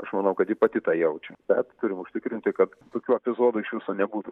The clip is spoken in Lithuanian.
aš manau kad ji pati tą jaučia bet turim užtikrinti kad tokių epizodų iš viso nebūtų